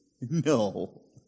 No